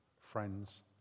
friends